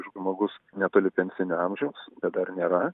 žmogus netoli pensinio amžiaus bet dar nėra